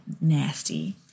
nasty